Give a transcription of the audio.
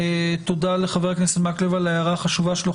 תודה לחבר הכנסת מקלב על ההערה החשובה שלו.